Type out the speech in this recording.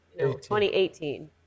2018